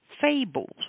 fables